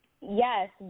yes